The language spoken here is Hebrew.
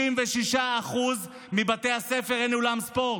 ב-66% מבתי הספר אין אולם ספורט.